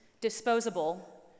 disposable